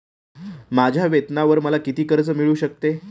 माझ्या वेतनावर मला किती कर्ज मिळू शकते?